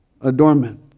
adornment